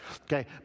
Okay